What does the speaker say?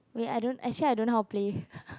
wait I don't actually I don't know how play